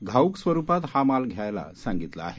घाऊक स्वरूपात हा माल घ्यायला सांगितलं आहे